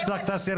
יש לך את הסרטון,